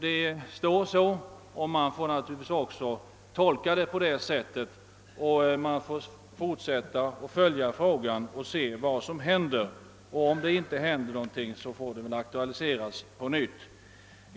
Till dessa problem hör uppenbarligen också de studiesociala villkoren. Vi får fortsätta att följa frågan och se vad som händer. Om det inte händer någonting, får frågan aktualiseras på nytt.